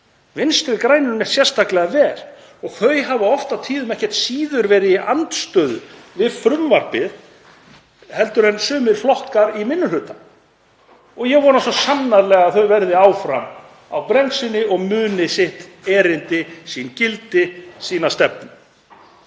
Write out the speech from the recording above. Vinstri grænum neitt sérstaklega vel og þau hafa oft og tíðum ekkert síður verið í andstöðu við frumvarpið heldur en sumir flokkar í minni hluta. Ég vona svo sannarlega að þau verði áfram á bremsunni og muni sitt erindi, sín gildi og sína stefnu.